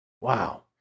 Wow